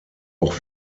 auch